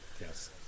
Yes